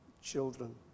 children